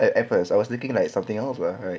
at at first I was thinking like something else lah right